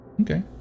Okay